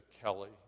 Kelly